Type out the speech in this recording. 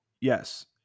Yes